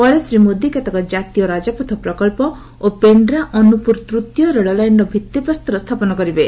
ପରେ ଶ୍ରୀ ମୋଦି କେତେକ ଜାତୀୟ ରାଜପଥ ପ୍ରକଳ୍ପ ଓ ପେଣ୍ଡ୍ରା ଅନୁପୁର ତୃତୀୟ ରେଳଲାଇନର ଭିଭିପ୍ରସ୍ତର ସ୍ଥାପନ କରିବେ